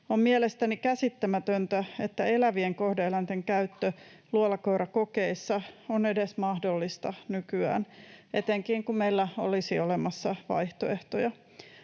On mielestäni käsittämätöntä, että elävien kohde-eläinten käyttö luolakoirakokeissa on edes mahdollista nykyään, etenkin kun meillä olisi olemassa vaihtoehtoja.